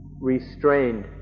restrained